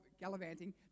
gallivanting